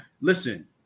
listen